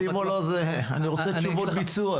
אני רוצה תשובות ביצוע.